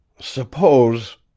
Suppose